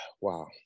wow